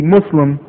Muslim